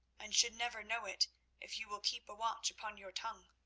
and should never know it if you will keep a watch upon your tongue.